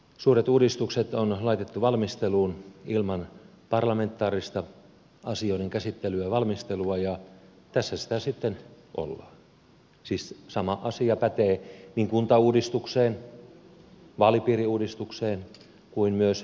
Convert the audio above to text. suuret uudistukset on laitettu valmisteluun ilman parlamentaarista asioiden käsittelyä ja valmistelua ja tässä sitä sitten ollaan siis sama asia pätee niin kuntauudistukseen vaalipiiriuudistukseen kuin myös puolustusvoimauudistukseen